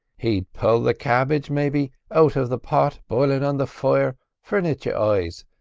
he'd pull the cabbidge, maybe, out of the pot boilin' on the fire forenint your eyes,